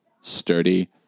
sturdy